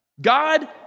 God